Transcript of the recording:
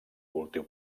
cultiu